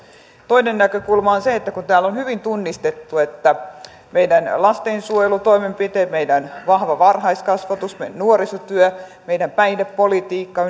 toinen näkökulma on se että kun täällä on hyvin tunnistettu että meidän lastensuojelutoimenpiteet meidän vahva varhaiskasvatus meidän nuorisotyö meidän päihdepolitiikka